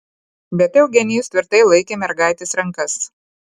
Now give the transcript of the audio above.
bet eugenijus tvirtai laikė mergaitės rankas